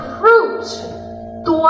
fruit